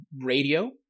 radio